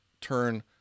turn